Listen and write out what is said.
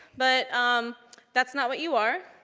but um that's not what you are.